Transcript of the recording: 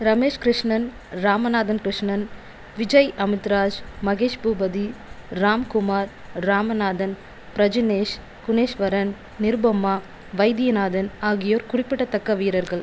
ரமேஷ் கிருஷ்ணன் ராமநாதன் கிருஷ்ணன் விஜய் அமிர்தராஜ் மகேஷ் பூபதி ராம்குமார் ராமநாதன் பிரஜ்னேஷ் குன்னேஸ்வரன் நிருபமா வைத்தியநாதன் ஆகியோர் குறிப்பிடத்தக்க வீரர்கள்